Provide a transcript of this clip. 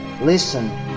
listen